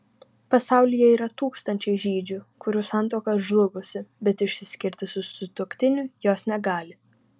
pasaulyje yra tūkstančiai žydžių kurių santuoka žlugusi bet išsiskirti su sutuoktiniu jos negali